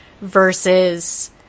versus